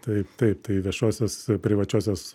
tai taip tai viešosios privačiosios